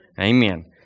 Amen